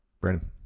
Brandon